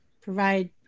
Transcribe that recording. provide